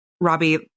Robbie